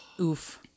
Oof